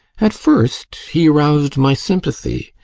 at first he aroused my sympathy,